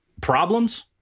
problems